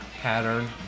pattern